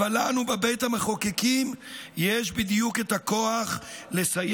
אבל לנו בבית המחוקקים יש בדיוק הכוח לסיים